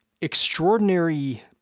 extraordinary